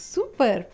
Super